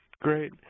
Great